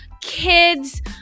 kids